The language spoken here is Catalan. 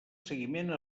seguiment